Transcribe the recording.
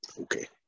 okay